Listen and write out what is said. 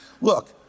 Look